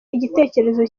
igitekerezo